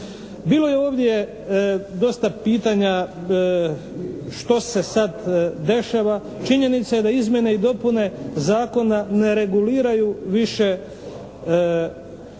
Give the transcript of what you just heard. Bilo je ovdje dosta pitanja što se sada dešava. Činjenica je da izmjene i dopune zakona ne reguliraju više